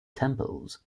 temples